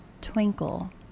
twinkle